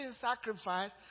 sacrifice